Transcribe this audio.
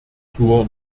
zur